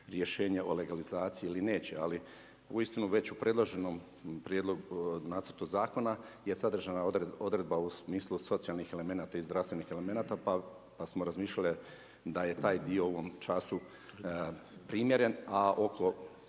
rješenje o legalizaciji ili neće, ali uistinu već u predloženom nacrtu zakona je sadržana odredba u smislu socijalnih elemenata i zdravstvenih elemenata pa smo razmišljali da je taj dio u ovom času primjeren, a oko